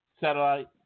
Satellite